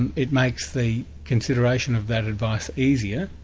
and it makes the consideration of that advice easier.